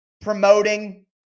Promoting